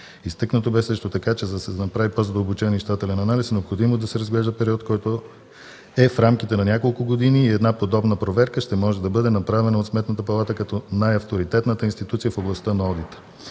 Изтъкнато бе също така, че за да се направи по-задълбочен и щателен анализ, е необходимо да се разгледа период, който е в рамките на няколко години и една подобна проверка ще може да бъде направена от Сметната палата, като най-авторитетната институция в областта на одита.